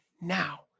now